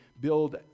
build